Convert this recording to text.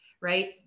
right